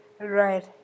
right